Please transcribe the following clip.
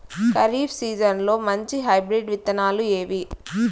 ఖరీఫ్ సీజన్లలో మంచి హైబ్రిడ్ విత్తనాలు ఏవి